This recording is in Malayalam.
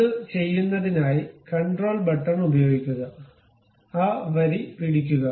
അത് ചെയ്യുന്നതിനായി കണ്ട്രോൾ ബട്ടൺ ഉപയോഗിക്കുക ആ വരി പിടിക്കുക